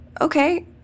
Okay